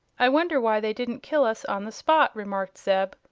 i wonder why they didn't kill us on the spot, remarked zeb,